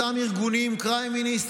אותם ארגונים: Crime Minister,